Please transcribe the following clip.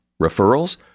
Referrals